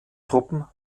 truppen